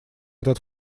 этот